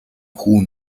хүү